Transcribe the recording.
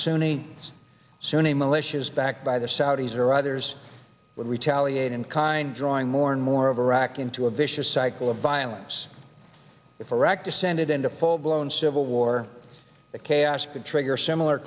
sunni sunni militias backed by the saudis or others would retaliate in kind drawing more and more of iraq into a vicious cycle of violence if iraq descended into full blown civil war the chaos could trigger similar